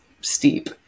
steep